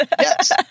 Yes